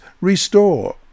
Restore